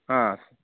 हा